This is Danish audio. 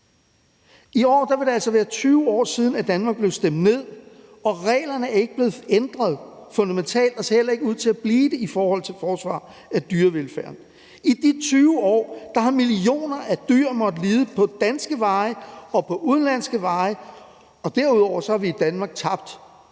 I år vil det altså være 20 år siden, Danmark blev stemt ned, og reglerne er ikke blevet ændret fundamentalt og ser heller ikke ud til at blive det i forhold til et forsvar af dyrevelfærden. I de 20 år har millioner af dyr måttet lide på danske veje og på udenlandske veje, og derudover har vi i Danmark tabt